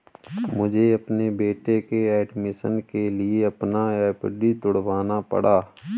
मुझे अपने बेटे के एडमिशन के लिए अपना एफ.डी तुड़वाना पड़ा